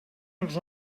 els